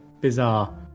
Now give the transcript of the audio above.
bizarre